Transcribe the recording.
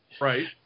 right